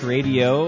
Radio